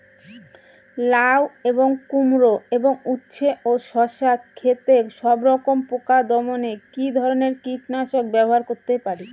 লাউ এবং কুমড়ো এবং উচ্ছে ও শসা ক্ষেতে সবরকম পোকা দমনে কী ধরনের কীটনাশক ব্যবহার করতে পারি?